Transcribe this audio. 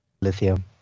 Lithium